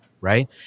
right